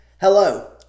hello